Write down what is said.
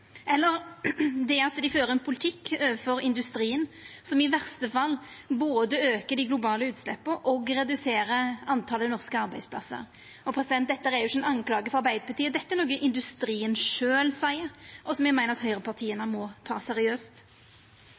eller det at dei fører ein politikk overfor industrien som i verste fall både aukar dei globale utsleppa og reduserer talet på norske arbeidsplassar. Dette er ikkje ei skulding frå Arbeidarpartiet, dette er noko industrien sjølv seier, og som eg meiner at høgrepartia må ta seriøst.